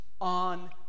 on